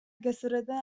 gezurretan